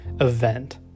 event